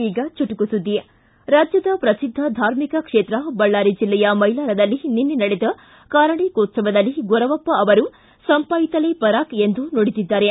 ಈಗ ಚುಟುಕು ಸುದ್ದಿ ರಾಜ್ಠದ ಪ್ರಸಿದ್ಧ ಧಾರ್ಮಿಕ ಕ್ಷೇತ್ರ ಬಳ್ಳಾರಿ ಜಿಲ್ಲೆಯ ಮೈಲಾರದಲ್ಲಿ ನಿನ್ನೆ ನಡೆದ ಕಾರಣಿಕೋತ್ಸವದಲ್ಲಿ ಗೊರವಪ್ಪ ಅವರು ಸಂಪಾಯಿತಲೇ ಪರಾಕ್ ಎಂದು ನುಡಿದಿದ್ದಾರೆ